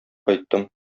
кайттым